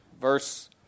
verse